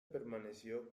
permaneció